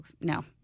no